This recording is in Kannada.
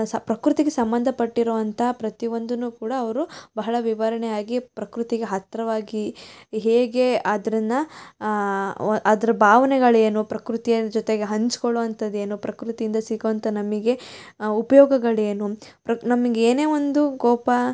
ಸ ಪ್ರಕೃತಿಗೆ ಸಂಬಂಧಪಟ್ಟಿರೋಂಥ ಪ್ರತಿಯೊಂದನ್ನು ಕೂಡ ಅವರು ಬಹಳ ವಿವರ್ಣೆಯಾಗಿ ಪ್ರಕೃತಿಗೆ ಹತ್ತಿರವಾಗಿ ಹೇಗೆ ಅದನ್ನ ವ ಅದ್ರ ಭಾವನೆಗಳೇನು ಪ್ರಕೃತಿಯ ಜೊತೆಗೆ ಹಂಚ್ಕೊಳ್ಳೋಂಥದ್ದೇನು ಪ್ರಕೃತಿಂದ ಸಿಗೋಂಥ ನಮಗೆ ಉಪಯೋಗಗಳೇನು ಪ್ರಕ್ ನಮ್ಗೆ ಏನೇ ಒಂದು ಕೋಪ